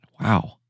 Wow